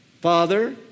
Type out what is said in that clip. Father